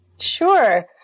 Sure